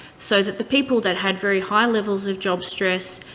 so that the people that had very high levels of job stress,